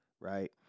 right